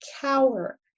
cower